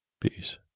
Peace